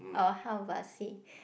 oh how was he